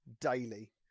daily